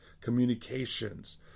communications